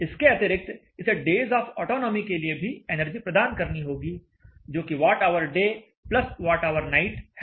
इसके अतिरिक्त इसे डेज ऑफ अटोनोमी के लिए भी एनर्जी प्रदान करनी होगी जोकि watt hour day plus watt hour night है